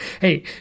hey